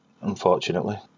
unfortunately